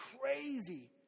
crazy